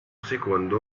secondo